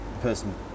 person